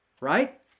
Right